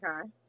Okay